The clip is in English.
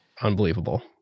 Unbelievable